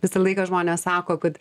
visą laiką žmonės sako kad